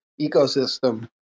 ecosystem